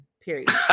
period